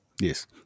yes